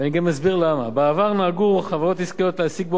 בעבר נהגו חברות עסקיות להעסיק באופן ישיר את כלל,